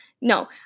No